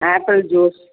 apple juice